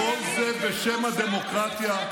וכל זה בשם הדמוקרטיה,